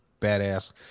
badass